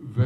ו...